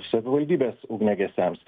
savivaldybės ugniagesiams